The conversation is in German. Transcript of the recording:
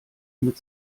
mit